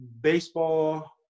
baseball